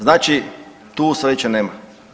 Znači tu sreće nema.